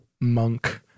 Monk